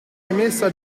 emessa